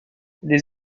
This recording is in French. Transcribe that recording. les